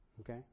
Okay